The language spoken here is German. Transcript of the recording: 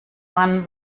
man